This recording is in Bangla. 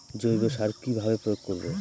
জৈব সার কি ভাবে প্রয়োগ করব?